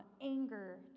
anger